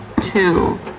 two